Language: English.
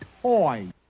Toy